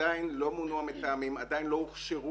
עדיין לא מונו המתאמים, עדיין לא הוכשרו